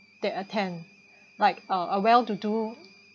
they attend like uh a well to do